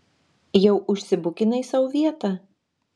jau užsibukinai sau vietą